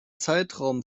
zeitraum